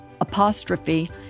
Apostrophe